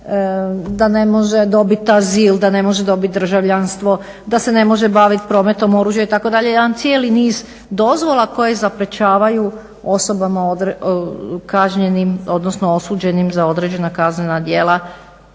da ne može dobiti azil, da ne može dobiti državljanstvo, da se ne može baviti prometom oružja itd. jedan cijeli niz dozvola koje zaprečavaju osobama kažnjenim odnosno osuđenim za određena kaznena djela